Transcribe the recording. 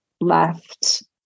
left